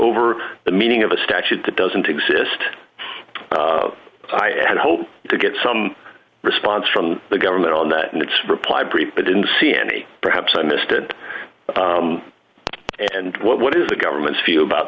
over the meaning of a statute that doesn't exist i hope to get some response from the government on that in its reply brief but didn't see any perhaps i missed it and what is the government's view about